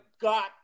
got